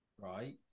Right